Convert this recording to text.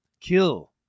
kill